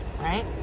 right